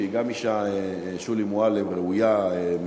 שגם היא אישה ראויה מאוד,